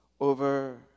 over